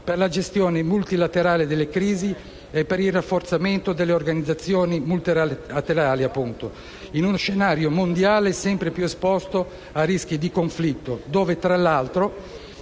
per la gestione multilaterale delle crisi e per il rafforzamento delle organizzazioni multilaterali in uno scenario mondiale sempre più esposto a rischi di conflitto, dove, tra l'altro,